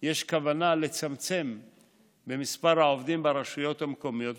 יש כוונה לצמצם במספר העובדים ברשויות המקומיות.